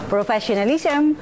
Professionalism